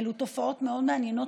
אלו תופעות מאוד מעניינות,